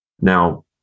Now